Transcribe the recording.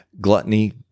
gluttony